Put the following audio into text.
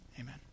Amen